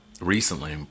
recently